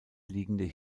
liegende